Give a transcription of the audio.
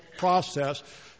process